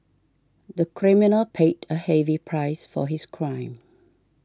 the criminal paid a heavy price for his crime